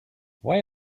why